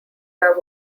are